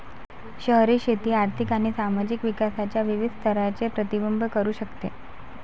शहरी शेती आर्थिक आणि सामाजिक विकासाच्या विविध स्तरांचे प्रतिबिंबित करू शकते